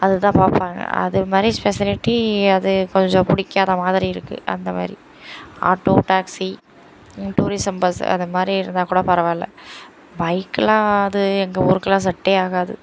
அது தான் பார்ப்பாங்க அது மாதிரி பெசிலிட்டி அது கொஞ்சம் பிடிக்காத மாதிரி இருக்குது அந்த மாதிரி ஆட்டோ டேக்ஸி டூரிசம் பஸ் அந்த மாதிரி இருந்தால் கூட பரவாயில்லை பைக்லாம் அது எங்கள் ஊருக்கெலாம் செட்டே ஆகாது